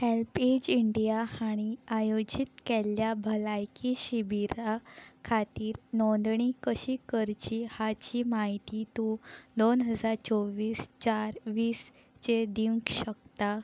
HelpAge India हांणी आयोजीत केल्ल्या भलायकी शिबिरा खातीर नोंदणी कशी करची हाची म्हायती तूं दोन हजार चोवीस चार वीस चेर दिवंक शकता